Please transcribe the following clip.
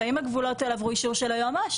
והאם הגבולות האלה עברו אישור של היועמ"ש?